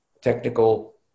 technical